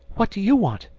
what do you want?